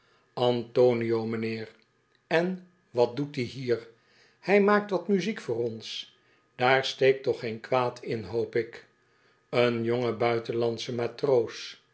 antonio m'nheer en wat doet die hier hij maakt wat muziek voor ons daar steekt toch geen kwaad in hoop ik een jonge buitenlandsche matroos